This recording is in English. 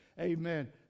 amen